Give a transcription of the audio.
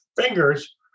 fingers